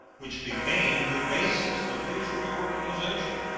which became the basis of its reorganization.